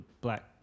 Black